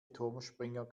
turmspringer